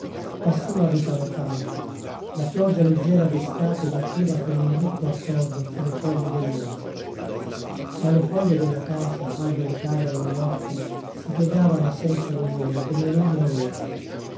conduce quassù abitano i falchi la pioggia leggera d'estate batteva come un ricco accordo sulle foglie del noce ma le foglie dell'acacia albero caro alla notte si piegavano senza rumore come un'ombra verde